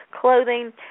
clothing